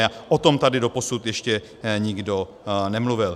O tom tady doposud ještě nikdo nemluvil.